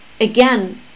Again